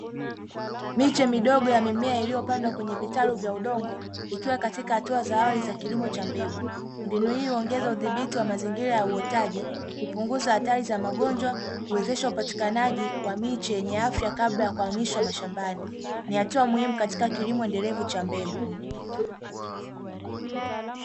Miche midogo ya mimea iliyopandwa kwenye vitalu vya udongo ikiwa katika hatua za awali za kilimo cha mbegu, mbinu hii huongeza udhibiti wa mazingira ya uotaji, kupunguza hatari za magonjwa uwezesha wa upatikanaji wa miche ya afya kabla ya kuhamishwa mashambani ni hatua muhimu katika kilimo endelevu cha mbegu.